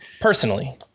personally